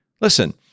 Listen